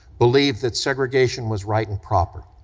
believed that segregation was right and proper.